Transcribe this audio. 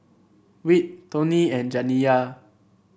Whit Toni and Janiya